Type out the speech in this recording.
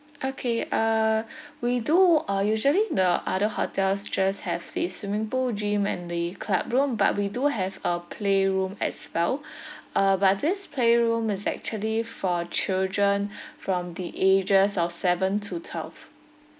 okay uh we do uh usually the other hotels just have the swimming pool gym and the club room but we do have a playroom as well uh but this playroom is actually for children from the ages of seven to twelve